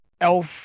elf